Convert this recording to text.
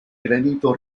granito